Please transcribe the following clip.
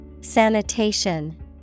Sanitation